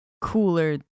cooler